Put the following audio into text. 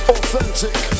Authentic